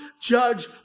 judge